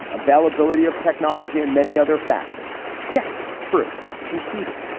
availability of technology and many other factors. yes, true conceded.